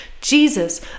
Jesus